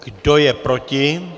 Kdo je proti?